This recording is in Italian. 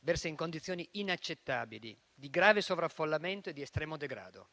versa in condizioni inaccettabili di grave sovraffollamento e di estremo degrado.